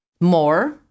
more